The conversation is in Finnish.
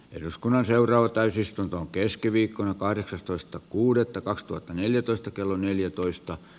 eduskunnan seuraava täysistunto on keskiviikkona kahdeksastoista kuudetta kaksituhattaneljätoista kello neljätoista